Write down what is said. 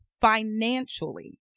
financially